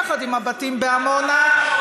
יחד עם הבתים בעמונה,